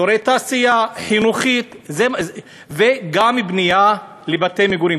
אזורי תעשייה, חינוכית, וגם בנייה לבתי מגורים.